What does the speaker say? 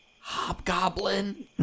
hobgoblin